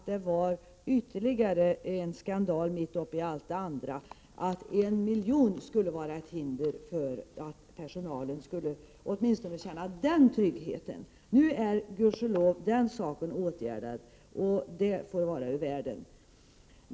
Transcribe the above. Det var ytterligare en skandal mitt uppe i allt det andra, att en utgift på en miljon skulle få vara ett hinder för att personalen skulle känna åtminstone den här tryggheten. Nu är den saken Gud ske lov åtgärdad, och det hela är ur världen.